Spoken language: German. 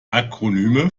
akronyme